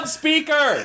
speaker